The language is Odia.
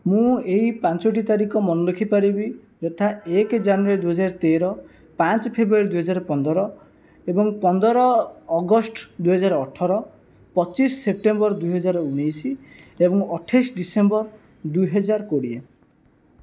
ମୁଁ ଏହି ପାଞ୍ଚଟି ତାରିଖ ମନେ ରଖିପାରିବି ଯଥା ଏକ ଜାନୁଆରୀ ଦୁଇହଜାର ତେର ପାଞ୍ଚ ଫ୍ରେବୃଆରୀ ଦୁଇହଜାର ପନ୍ଦର ଏବଂ ପନ୍ଦର ଅଗଷ୍ଟ ଦୁଇହଜାର ଅଠର ପଚିଶ ସେପ୍ଟେମ୍ବର ଦୁଇହଜାର ଉଣେଇଶ ଏବଂ ଅଠେଇଶ ଡିସେମ୍ବର ଦୁଇହଜାର କୋଡ଼ିଏ